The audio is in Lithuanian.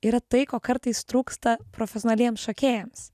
yra tai ko kartais trūksta profesionaliems šokėjams